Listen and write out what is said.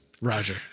Roger